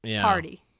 party